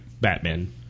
Batman